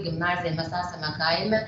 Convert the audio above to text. gimnazija mes esame kaime